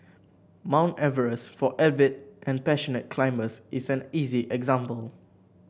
Mount Everest for avid and passionate climbers is an easy example